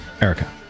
Erica